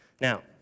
Now